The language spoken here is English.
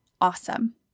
Awesome